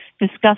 discuss